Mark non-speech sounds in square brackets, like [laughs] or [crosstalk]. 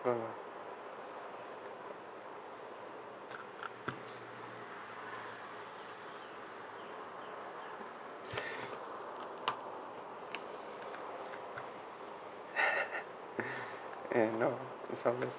go on [laughs] ya no